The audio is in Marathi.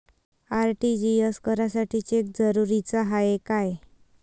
आर.टी.जी.एस करासाठी चेक जरुरीचा हाय काय?